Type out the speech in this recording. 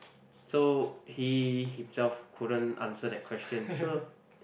so he himself couldn't answer that question so